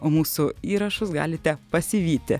o mūsų įrašus galite pasivyti